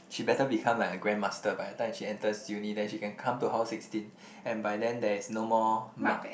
she better become like a grand master by the time she enters uni then she can come to hall sixteen and by then there is no more mark